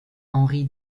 henri